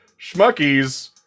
Schmuckies